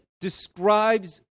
describes